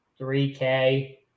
3K